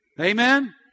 Amen